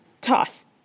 toss